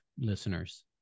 listeners